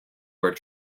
were